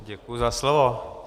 Děkuji za slovo.